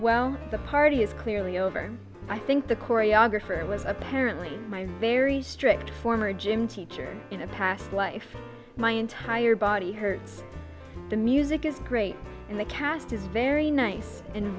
well the party is clearly over i think the choreographer was apparently very strict former gym teacher in a past life my entire body hurts the music is great and the cast is very nice and